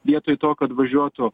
vietoj to kad važiuotų